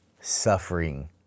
suffering